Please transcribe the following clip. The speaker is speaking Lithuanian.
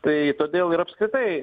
tai todėl ir apskritai